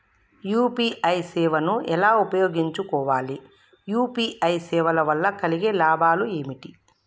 UPI సేవను ఎలా ఉపయోగించు కోవాలి? యూ.పీ.ఐ సేవల వల్ల కలిగే లాభాలు ఏమిటి?